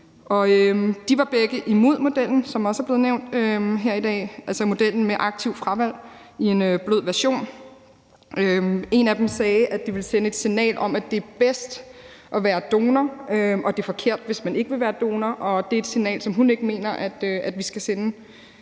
De var begge imod modellen, som også er blevet nævnt her i dag, altså modellen med aktivt fravalg i en blød version. En af dem sagde, at det ville sende et signal om, at det er bedst at være donor, og at det er forkert, hvis man ikke vil være donor. Det er et signal, som hun ikke mener at vi skal sende